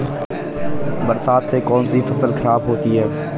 बरसात से कौन सी फसल खराब होती है?